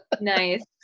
nice